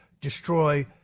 destroy